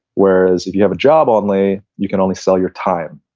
whereas if you have a job only, you can only sell your time.